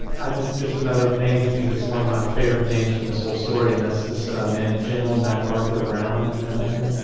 i just just another name hit me cause it's one of my favorite names from this whole story, and that's this man general macarthur brown. do you know that name?